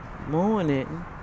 morning